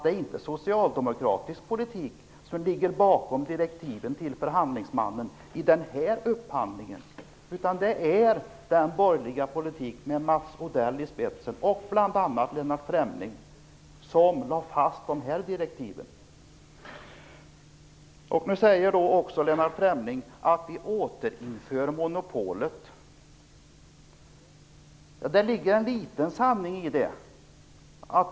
Det är inte socialdemokratisk politik som ligger bakom direktiven till förhandlingsmannen i den här upphandlingen utan den borgerliga politiken, med bl.a. Mats Odell och Lennart Fremling i spetsen. Lennart Fremling säger att vi återinför monopolet. Det ligger en liten sanning i det.